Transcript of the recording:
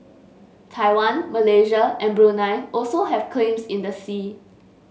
Taiwan Malaysia and Brunei also have claims in the sea